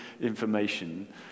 information